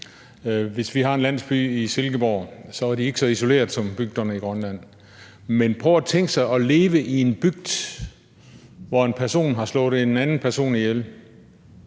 Hvis vi har en landsby ved Silkeborg, er den ikke så isoleret som bygderne i Grønland. Men prøv at tænke sig at leve i en bygd, hvor en person har slået en anden person ihjel,